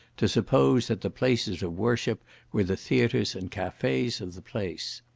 to suppose that the places of worship were the theatres and cafes of the place.